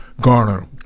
Garner